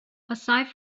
aside